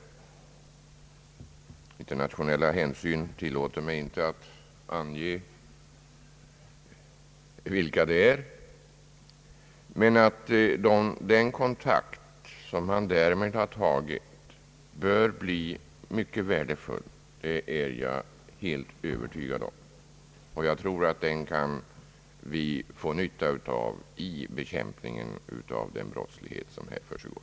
Internationella hänsyn tillåter mig inte att ange vilka länder det är fråga om. Den kontakt som han därmed har tagit bör dock bli mycket värdefull. Det är jag helt övertygad om. Jag tror att vi kan få nytta av den vid bekämpningen av den brottslighet som här försiggår.